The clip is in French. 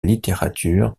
littérature